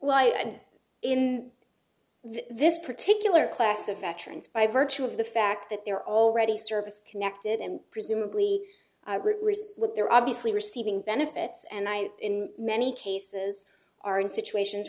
and in this particular class of veterans by virtue of the fact that they're already service connected and presumably they're obviously receiving benefits and i in many cases are in situations